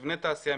מבני תעשייה,